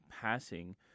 passing